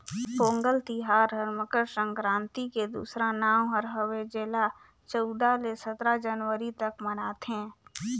पोगंल तिहार हर मकर संकरांति के दूसरा नांव हर हवे जेला चउदा ले सतरा जनवरी तक मनाथें